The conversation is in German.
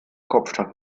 kopfstand